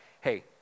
hey